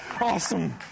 Awesome